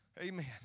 Amen